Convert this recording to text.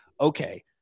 okay